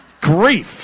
Grief